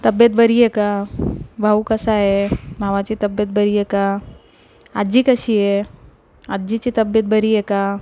तब्येत बरी आहे का भाऊ कसा आहे मामाची तब्येत बरी आहे का आजी कशी आहे आजीची तब्येत बरी आहे का